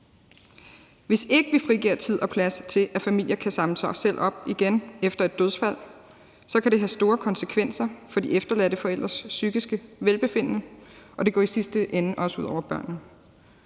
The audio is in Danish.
Hvis ikke vi frigiver tid og plads til, at familier kan samle sig selv op igen efter et dødsfald, kan det have store konsekvenser for de efterladte forældres psykiske velbefindende, og det går i sidste ende også ud over børnene.